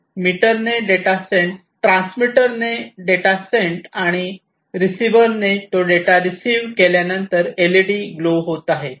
मीटरने data send केला आणि रिवर ने तो डेटा रिसीव्ह केल्यानंतर एल ई डी ग्लो होत आहे